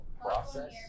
process